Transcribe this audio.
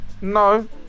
no